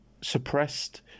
suppressed